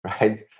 Right